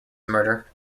murder